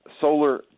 Solar